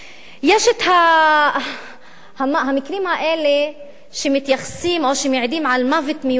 יש המקרים האלה שמעידים על מוות מיותר,